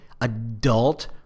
adult